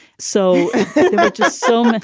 so just so